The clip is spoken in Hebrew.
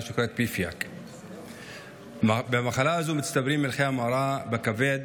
PFIC. במחלה הזו מצטברים מלחי המרה בכבד,